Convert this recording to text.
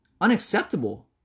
unacceptable